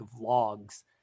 vlogs